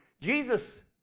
Jesus